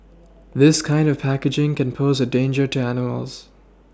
this kind of packaging can pose a danger to animals